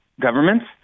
governments